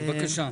כן, בבקשה.